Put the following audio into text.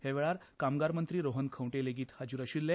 ह्या वेळार कामगार मं त्री रोहन खंवटे हाजीर आशिल्ले